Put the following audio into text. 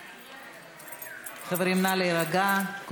ד"ר טיבי, שטיפל ראשון בפצועה, מה קרה?